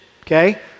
okay